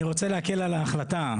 אני רוצה להקל על ההחלטה,